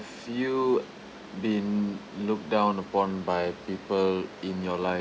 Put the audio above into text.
you been looked down upon by people in your life